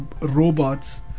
robots